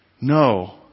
No